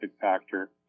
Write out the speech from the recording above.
factor